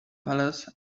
palace